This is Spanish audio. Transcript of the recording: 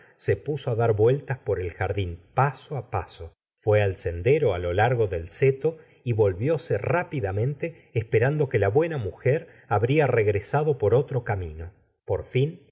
se puso á dar vueltas por el jardín paso á paso fué al sendero á lo largo del seto y volvióse rápidamente espepando que la buena mujer habría regresado por otro camino por fin